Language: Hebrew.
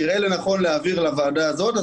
תראה לנכון להעביר לוועדה הזאת.